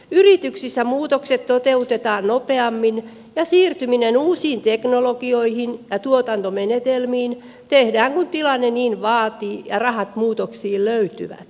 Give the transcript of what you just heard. yrityksissä muutokset toteutetaan nopeammin ja siirtyminen uusiin teknologioihin ja tuotantomenetelmiin tehdään kun tilanne niin vaatii ja rahat muutoksiin löytyvät